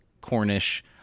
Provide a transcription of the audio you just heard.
Cornish